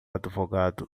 advogado